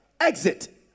exit